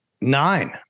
nine